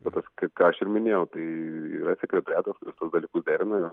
bet aš k ką aš ir minėjau tai yra sekretoriatas kuris tuos dalykus derina